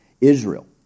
Israel